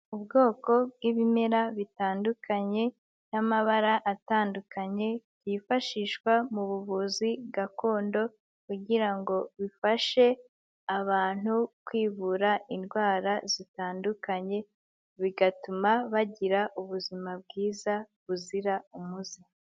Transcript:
Ubwoko bw'ibimera bitandukanye, n'amabara atandukanye, byifashishwa mu buvuzi gakondo kugira ngo bifashe abantu kwivura indwara zitandukanye, bigatuma bagira ubuzima bwiza buzira umuze.